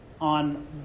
on